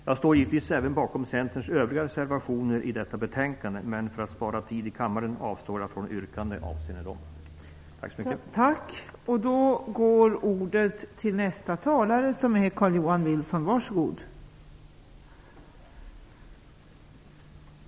Jag står givetvis även bakom Centerns övriga reservationer till detta betänkande, men för att spara tid i kammaren avstår jag från yrkanden avseende dem. Tack så mycket!